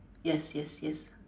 yes yes yes